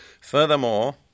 Furthermore